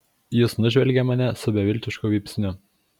jis nužvelgė mane su beviltišku vypsniu